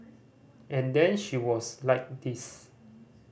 and then she was like this